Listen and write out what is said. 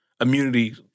immunity